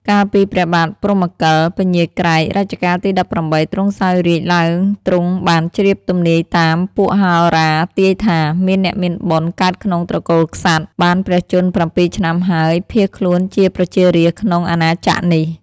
កាលពីព្រះបាទព្រហ្មកិល (ពញាក្រែក) រជ្ជកាលទី១៨ ទ្រង់សោយរាជ្យឡើងទ្រង់បានជ្រាបទំនាយតាម ពួកហោរាទាយថា "មានអ្នកមានបុណ្យកើតក្នុងត្រកូលក្សត្រ បានព្រះជន្ម៧ឆ្នាំហើយ ភាសន៍ខ្លួនជាប្រជារាស្រ្តក្នុង អាណាចក្រនេះ ។